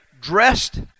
dressed